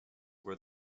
were